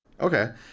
Okay